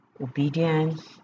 obedience